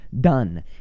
done